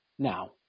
Now